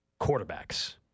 quarterbacks